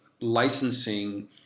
licensing